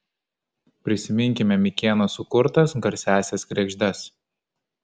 prisiminkime mikėno sukurtas garsiąsias kregždes